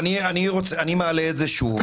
אני מעלה את זה שוב.